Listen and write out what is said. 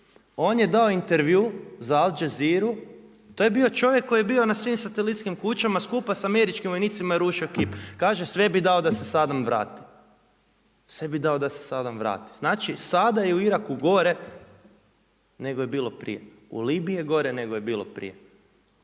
On je dao intervju za Al Jazeeru to je bio čovjek koji je bio na svim satelitskim kućama skupa sa američkim vojnicima je rušio kip. Kaže sve bi dao da se Saddam vrati. Znači sada je u Iraku gore nego je bilo prije, u Libiji je gore negoli je bilo prije